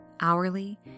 hourly